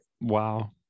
Wow